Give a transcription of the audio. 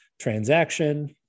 transaction